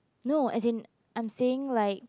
no as in I'm saying like